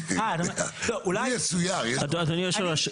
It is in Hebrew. אדוני יושב הראש,